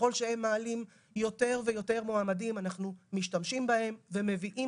ככל שהם מעלים יותר ויותר מועמדים אנחנו משתמשים בהם ומביאים